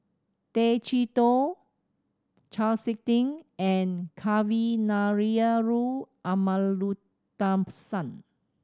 Tay Chee Toh Chau Sik Ting and Kavignareru Amallathasan